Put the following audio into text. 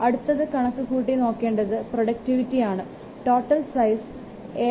അടുത്ത് കണക് കൂട്ടി നോക്കേണ്ടത് പ്രോഡക്റ്റിവിറ്റി ആണ് ടോട്ടൽ സൈസ് 7